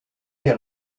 des